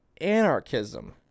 anarchism